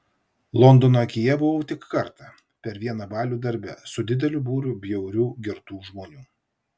londono akyje buvau tik kartą per vieną balių darbe su dideliu būriu bjaurių girtų žmonių